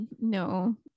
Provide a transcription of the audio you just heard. no